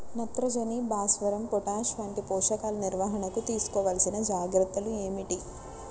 నత్రజని, భాస్వరం, పొటాష్ వంటి పోషకాల నిర్వహణకు తీసుకోవలసిన జాగ్రత్తలు ఏమిటీ?